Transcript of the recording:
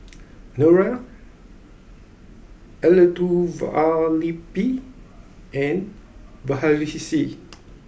Niraj Elattuvalapil and Verghese